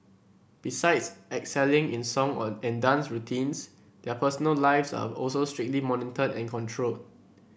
besides excelling in song and dance routines their personal lives are also strictly monitored and controlled